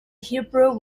hebrew